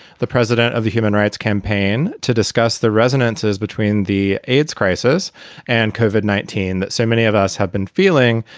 the president of the human rights campaign, to discuss the resonances between the aids crisis and covered nineteen that so many of us have been feeling,